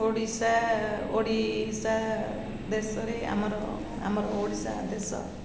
ଓଡ଼ିଶା ଓଡ଼ିଶା ଦେଶରେ ଆମର ଆମର ଓଡ଼ିଶା ଦେଶ